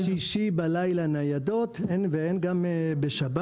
אין בשישי בלילה ניידות ואין גם בשבת.